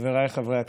חבריי חברי הכנסת,